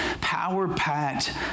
power-packed